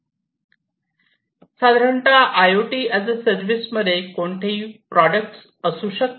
साधारणतः I O T as a service मध्ये कोणतेही प्रॉडक्ट्स् असू शकते